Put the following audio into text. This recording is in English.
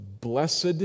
Blessed